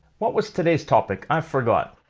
what was today's topic? i forgot.